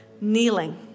kneeling